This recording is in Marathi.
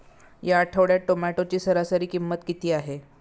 या आठवड्यात टोमॅटोची सरासरी किंमत किती आहे?